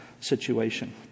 situation